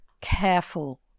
careful